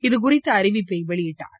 இது குறித்த அறிவிப்பை வெளியிட்டார்